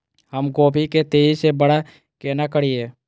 हम गोभी के तेजी से बड़ा केना करिए?